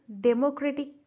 democratic